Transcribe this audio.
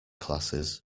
classes